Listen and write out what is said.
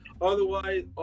Otherwise